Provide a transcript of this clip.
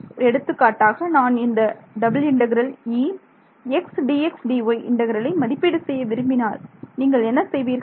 ஒரு எடுத்துக்காட்டாக நான் இந்த இன்டெக்ரலை மதிப்பீடு செய்ய விரும்பினால் நீங்கள் என்ன செய்வீர்கள்